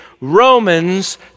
Romans